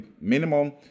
Minimum